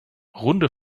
runde